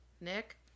Nick